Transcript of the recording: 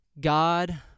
God